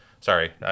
Sorry